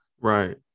right